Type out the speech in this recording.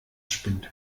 spinnt